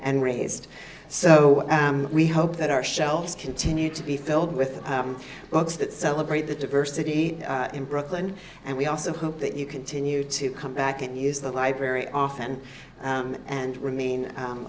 and raised so we hope that our shelves continue to be filled with books that celebrate the diversity in brooklyn and we also hope that you continue to come back and use the library often and remain